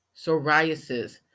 psoriasis